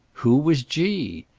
who was g?